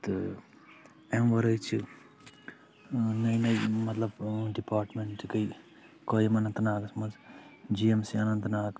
تہٕ اَمہِ وَرٲے چھِ نٕے نٕے مطلب ڈِپاٹمنٛٹ گٔیے قٲیِم اننت ناگَس منٛز G M C Anant Nag